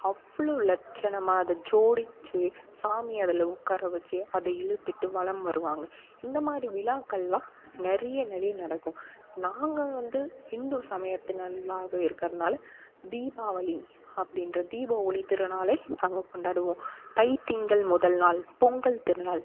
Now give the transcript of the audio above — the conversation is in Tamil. அவ்வளவு லட்சணமாக அதை ஜோடித்து சாமியை அதில் உட்கார வச்சு அதை இழுத்துட்டு வலம் வருவாங்க இந்த மாதிரி விழாக்களெலாம் நிறைய நிறைய நடக்கும் நாங்கள் வந்த இந்து சமயத்தினர்களாக இருக்கிறனால தீபாவளி அப்டின்ற தீப ஒளித் திருநாளை நாங்க கொண்டாடுவோம் தை திங்கள் முதல்நாள் பொங்கல் திருநாள்